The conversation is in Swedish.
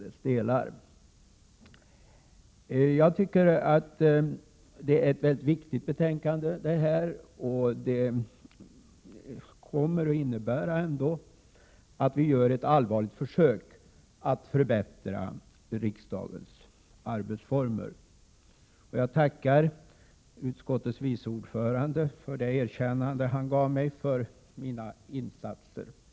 Det betänkande vi nu behandlar är mycket viktigt, De förslag som läggs fram kommer att innebära att vi ändå gör ett allvarligt försök att förbättra riksdagens arbetsformer. Jag tackar utskottets vice ordförande för det erkännande han gav mig för mina insatser.